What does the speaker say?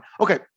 Okay